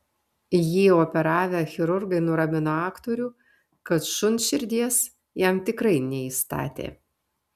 jį operavę chirurgai nuramino aktorių kad šuns širdies jam tikrai neįstatė